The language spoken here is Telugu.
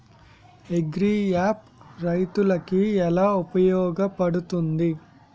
అగ్రియాప్ రైతులకి ఏలా ఉపయోగ పడుతుంది?